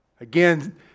Again